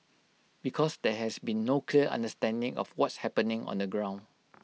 because there has been no clear understanding of what's happening on the ground